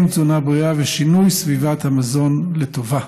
תזונה בריאה ושינוי סביבת המזון לטובה,